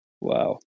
wow